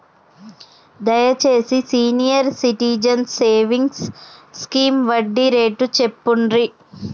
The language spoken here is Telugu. దయచేసి సీనియర్ సిటిజన్స్ సేవింగ్స్ స్కీమ్ వడ్డీ రేటు చెప్పుర్రి